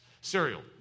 Cereal